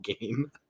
game